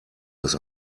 das